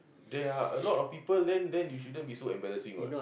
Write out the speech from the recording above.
there are a lot of people then then it shouldn't be so embarrassing what